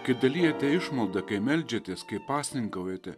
kai dalijate išmaldą kai meldžiatės kai pasninkaujate